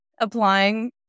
applying